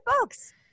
books